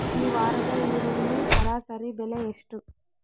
ಈ ವಾರದ ಈರುಳ್ಳಿ ಸರಾಸರಿ ಬೆಲೆ ಎಷ್ಟು?